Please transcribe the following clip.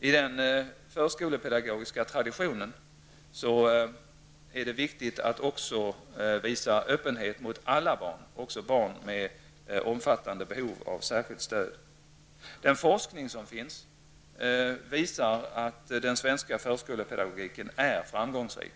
I den förskolepedagogiska traditionen är det viktigt att visa öppenhet mot alla barn, även gentemot barn med omfattande behov av särskilt stöd. Den forskning som finns visar att den svenska förskolepedagogiken är framgångsrik.